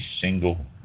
single